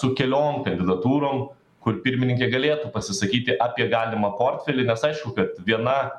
su keliom kandidatūrom kur pirmininkė galėtų pasisakyti apie galimą portfelį nes aišku kad viena